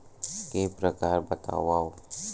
के प्रकार बतावव?